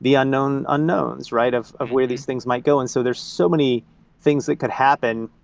the unknowns unknowns of of where these things might go. and so there's so many things that could happen,